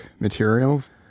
materials